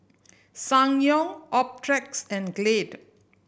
Ssangyong Optrex and Glade